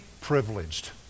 privileged